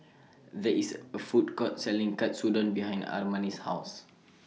There IS A Food Court Selling Katsudon behind Armani's House